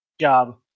job